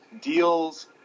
deals